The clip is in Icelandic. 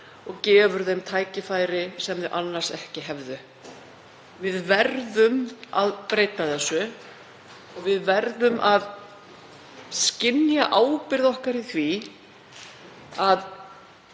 og gefur þeim tækifæri sem þau hefðu annars ekki. Við verðum að breyta þessu og við verðum að skynja ábyrgð okkar í því að